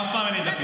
אף פעם אין לי דפים.